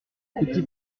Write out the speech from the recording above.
petits